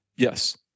Yes